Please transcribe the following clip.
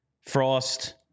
Frost